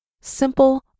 Simple